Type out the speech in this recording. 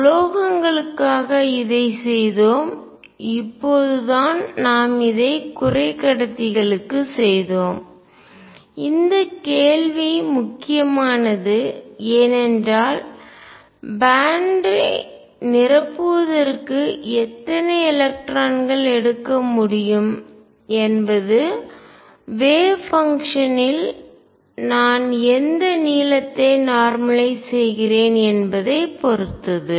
உலோகங்களுக்காக இதைச் செய்தோம் இப்போதுதான் நாம் இதை குறைக்கடத்திகளுக்குச் செய்தோம் இந்த கேள்வி முக்கியமானது ஏனென்றால் பேன்ட்ஸ் ஐ பட்டைகள் நிரப்புவதுக்கு எத்தனை எலக்ட்ரான்கள் எடுக்க முடியும் என்பது வேவ் பங்ஷன் ல் அலை செயல்பாடு நான் எந்த நீளத்தை நார்மலய்ஸ் செய்கிறேன் என்பதைப் பொறுத்தது